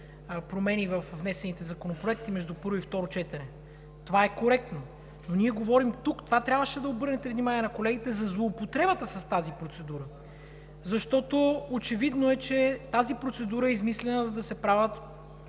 промени във внесените законопроекти между първо и второ четене. Това е коректно, но ние говорим за това, че трябваше да обърнете внимание на колегите за злоупотребата с тази процедура. Очевидно е, че тази процедура е измислена, за да се правят